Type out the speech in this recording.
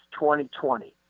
2020